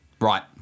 Right